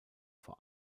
vor